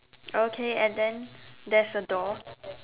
okay and then there's a door